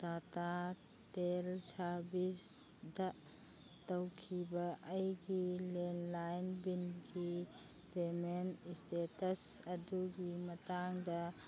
Tata tele ꯁꯥꯔꯕꯤꯁꯇ ꯇꯧꯈꯤꯕ ꯑꯩꯒꯤ ꯂꯦꯟꯂꯥꯏꯟ ꯕꯤꯜꯒꯤ ꯄꯦꯃꯦꯟ ꯁ꯭ꯇꯦꯇꯁ ꯑꯗꯨꯒꯤ ꯃꯇꯥꯡꯗ